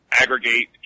aggregate